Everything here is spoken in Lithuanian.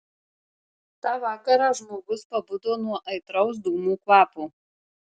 tą vakarą žmogus pabudo nuo aitraus dūmų kvapo